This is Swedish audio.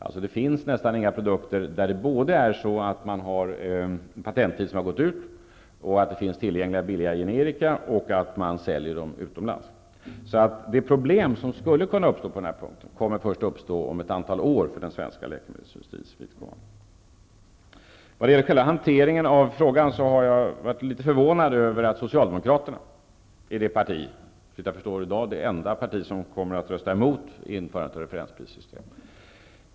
Det finns alltså nästan inga produkter där både patenttiden har gått ut och det finns billiga generika och där man säljer dem utomlands. Det problem som skulle kunna uppstå på denna punkt kommer att uppstå först om några år för den svenska läkemedelsindustrin. När det gäller själva hanteringen av frågan har jag blivit litet förvånad över att Socialdemokraterna är det parti, och såvitt jag förstår det enda partiet, som kommer att rösta emot införandet av ett referensprissystem.